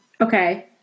Okay